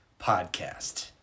Podcast